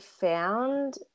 found